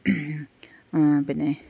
പിന്നെ